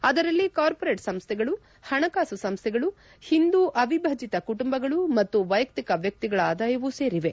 ಅದರಲ್ಲಿ ಕಾರ್ಪರೇಟ್ ಸಂಸ್ಥೆಗಳು ಹಣಕಾಸು ಸಂಸ್ಥೆಗಳು ಹಿಂದೂ ಅವಿಭಜಿತ ಕುಟುಂಬಗಳು ಮತ್ತು ವೈಯಕ್ತಿಕ ವ್ಯಕ್ತಿಗಳ ಆದಾಯವೂ ಸೇರಿವೆ